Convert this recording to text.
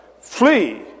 Flee